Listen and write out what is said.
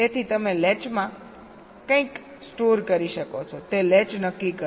તેથી તમે લેચમાં કંઈક સ્ટોર કરી શકો છો તે લેચ નક્કી કરશે